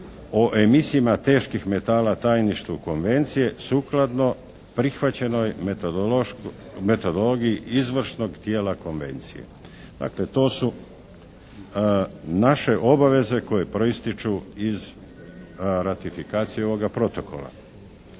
o emisijama teških metala tajništvu konvencije sukladno prihvaćenoj metodologiji izvršnog tijela konvencije. Dakle, to su naše obaveze koje proistječu iz ratifikacije ovoga protokola.